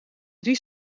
drie